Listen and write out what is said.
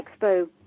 expo